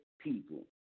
people